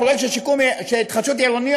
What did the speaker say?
הפרויקט של התחדשות עירונית,